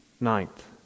Ninth